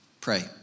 pray